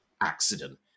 accident